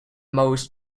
most